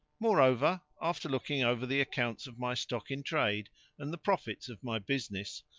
moreover, after looking over the accounts of my stock in trade and the profits of my business,